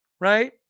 right